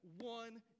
one